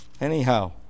Anyhow